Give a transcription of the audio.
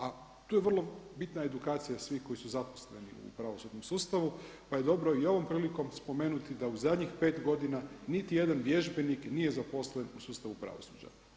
A tu je vrlo bitna edukacija svih koji su zaposleni u pravosudnom sustavu, pa je dobro i ovom prilikom spomenuti da u zadnjih 5 godina niti jedan vježbenik nije zaposlen u sustavu pravosuđa.